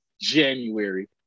January